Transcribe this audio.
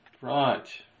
Right